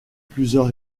plusieurs